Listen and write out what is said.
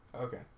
Okay